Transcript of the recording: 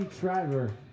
Driver